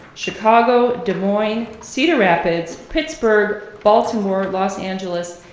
chicago, des moines, cedar rapids, pittsburgh, baltimore, los angeles,